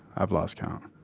i've lost count